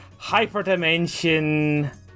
hyperdimension